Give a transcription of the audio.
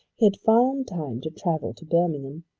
had found time to travel to birmingham,